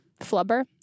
Flubber